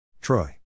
Troy